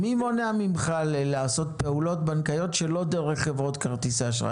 מי מונע ממך לעשות פעולות בנקאיות שלא דרך חברות כרטיסי האשראי?